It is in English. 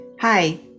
Hi